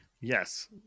Yes